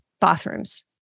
bathrooms